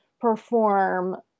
perform